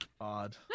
odd